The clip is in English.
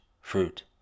fruit